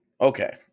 okay